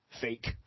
fake